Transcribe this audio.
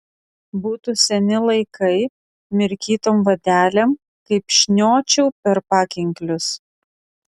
būtų seni laikai mirkytom vadelėm kaip šniočiau per pakinklius